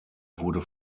wurde